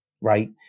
right